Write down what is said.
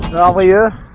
earlier